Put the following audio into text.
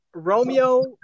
Romeo